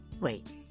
wait